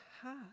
heart